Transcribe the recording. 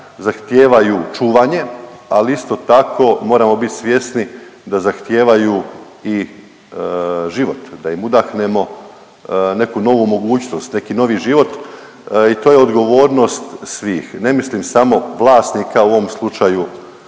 zahtijevaju čuvanje ali isto tako moramo bit svjesni da zahtijevaju i život, da im udahnemo neku novu mogućnost, neki novi život i to je odgovornost svih. Ne mislim samo vlasnika u ovom slučaju